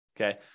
okay